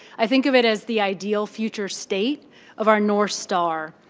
i think of it as the ideal future state of our north star.